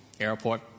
airport